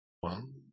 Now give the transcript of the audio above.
One